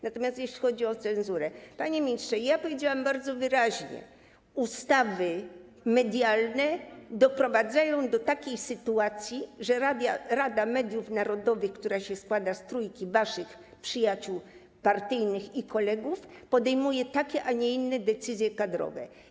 Natomiast jeśli chodzi o cenzurę, panie ministrze, powiedziałam bardzo wyraźnie: ustawy medialne doprowadzają do takiej sytuacji, że Rada Mediów Narodowych, która się składa z trójki waszych partyjnych przyjaciół i kolegów, podejmuje takie, a nie inne decyzje kadrowe.